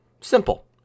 Simple